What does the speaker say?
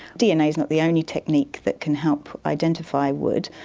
dna is not the only technique that can help identify wood,